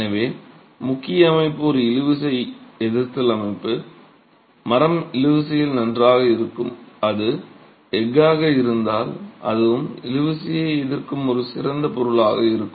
எனவே முக்கிய அமைப்பு ஒரு இழுவிசை எதிர்த்தல் அமைப்பு மரம் இழுவிசையில் நன்றாக இருக்கும் அது எஃகாக இருந்தால் அதுவும் இழுவிசையை எதிர்க்கும் ஒரு சிறந்த பொருளாக இருக்கும்